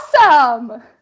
awesome